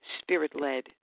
Spirit-Led